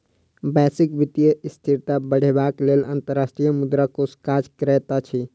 वैश्विक वित्तीय स्थिरता बढ़ेबाक लेल अंतर्राष्ट्रीय मुद्रा कोष काज करैत अछि